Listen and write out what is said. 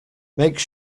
make